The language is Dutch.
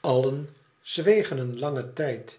allen zwegen een langen tijd